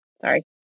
Sorry